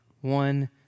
one